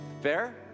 Fair